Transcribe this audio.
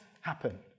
happen